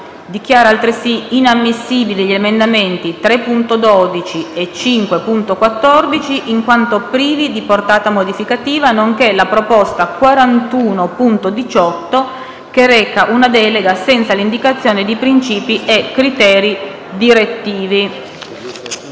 Dichiara altresì inammissibili gli emendamenti 3.12 e 5.14, in quanto privi di portata modificativa, nonché la proposta 41.18, che reca una delega senza l’indicazione di principi e criteri direttivi.